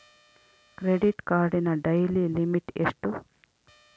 Credit ಕಾರ್ಡಿನ daily limit ಎಷ್ಟು?